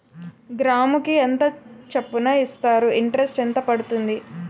గ్రాముకి ఎంత చప్పున ఇస్తారు? ఇంటరెస్ట్ ఎంత పడుతుంది?